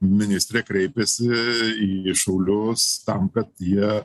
ministrė kreipėsi į šaulius tam kad jie